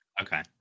okay